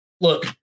Look